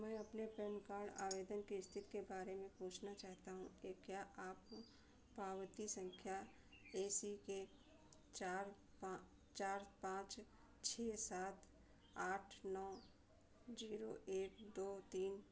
मैं अपने PAN card आवेदन की इस्थिति के बारे में पूछना चाहता हूँ क्या आप पावती सँख्या ए सी के चार पाँच चार पाँच छह सात आठ नौ ज़ीरो एक दो तीन और मेरी जन्म तिथि एक नौ नौ एक बारह बारह का उपयोग करके इसे जाँचने में मेरी सहायता कर सकते हैं